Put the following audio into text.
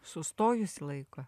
sustojusį laiką